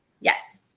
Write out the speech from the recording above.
Yes